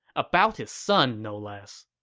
about his son no less